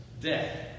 Death